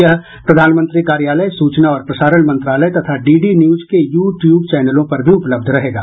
यह प्रधानमंत्री कार्यालय सूचना और प्रसारण मंत्रालय तथा डीडी न्यूज के यू ट्यूब चैनलों पर भी उपलब्ध रहेगा